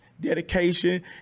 dedication